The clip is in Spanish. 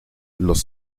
los